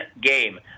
game